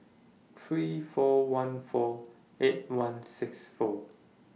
three four one four eight one six four